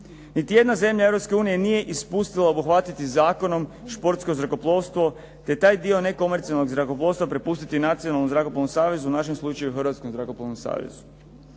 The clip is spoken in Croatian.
Niti jedna zemlja Europske unije nije ispustila obuhvatiti zakonom športsko zrakoplovstvo, te taj dio nekomercijalnog zrakoplovstva prepustiti Nacionalnom zrakoplovnom savezu u našem slučaju Hrvatskom zrakoplovnom savezu.